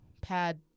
pad